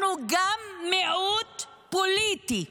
אנחנו גם מיעוט פוליטי.